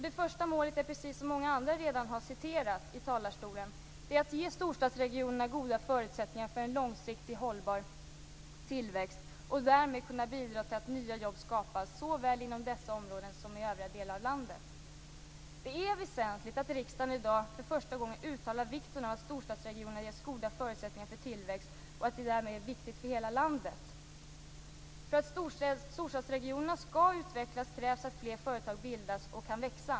Det första målet är, precis som många andra redan har talat om, att ge storstadsregionerna goda förutsättningar för en långsiktig hållbar tillväxt och därmed kunna bidra till att nya jobb skapas såväl inom dessa områden som i övriga delar av landet. Det är väsentligt att riksdagen i dag för första gången uttalar vikten av att storstadsregionerna ges goda förutsättningar för tillväxt och att det därmed är viktigt för hela landet. För att storstadsregionerna skall utvecklas krävs att fler företag skapas och kan växa.